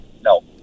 No